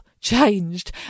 changed